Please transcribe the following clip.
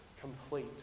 complete